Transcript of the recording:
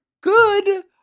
good